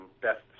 best